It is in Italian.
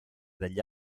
degli